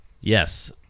Yes